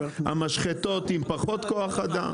המשחטות עם פחות כוח אדם.